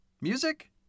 Music